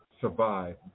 survive